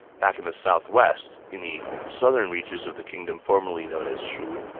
back in the southwest, in the southern reaches of the kingdom formerly known as shu,